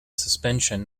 suspension